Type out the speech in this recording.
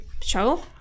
show